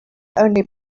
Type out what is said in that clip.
only